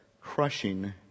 crushing